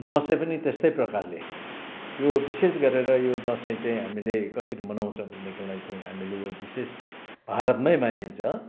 दसैँ पनि त्यस्तै प्रकारले यो विशेष गरेर यो दसैँ चाहिँ हामीले कसरी मनाउँछ भनेदेखिलाई चाहिँ हामीले यो विशेष भारतमै मानिन्छ